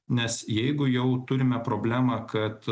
nes jeigu jau turime problemą kad